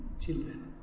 children